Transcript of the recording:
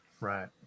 Right